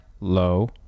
low